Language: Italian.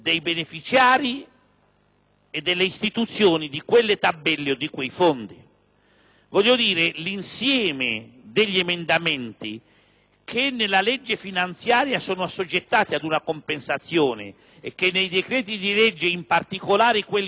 e delle istituzioni di quelle tabelle o di quei fondi. Più precisamente, l'insieme degli emendamenti che nella legge finanziaria sono assoggettati ad una compensazione e che nei decreti-legge, in particolare quelli non collegati alla finanziaria,